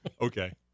Okay